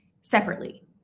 separately